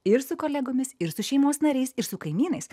ir su kolegomis ir su šeimos nariais ir su kaimynais